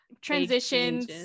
transitions